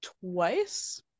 twice